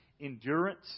endurance